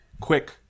Quick